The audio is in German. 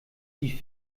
die